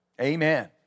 Amen